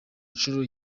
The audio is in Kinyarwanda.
nshuro